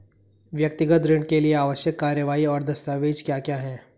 व्यक्तिगत ऋण के लिए आवश्यक कार्यवाही और दस्तावेज़ क्या क्या हैं?